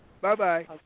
Bye-bye